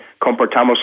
Comportamos